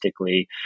logistically